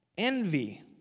Envy